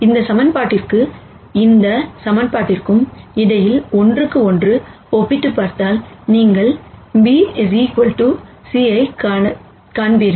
இந்த சமன்பா ட்டிற்கும் இந்த சமன்பாட்டிற்கும் இடையில் ஒன்றுக்கு ஒன்று ஒப்பிட்டுப் பார்த்தால் நீங்கள் b c ஐக் காண்பீர்கள்